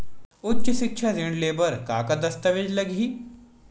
उच्च सिक्छा ऋण ले बर का का दस्तावेज लगही?